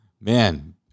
man